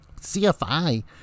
CFI